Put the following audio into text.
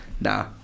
Nah